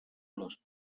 los